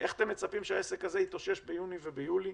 איך אתם מצפים שהעסק הזה יתאושש ביוני וביולי?